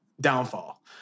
downfall